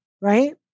Right